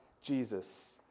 Jesus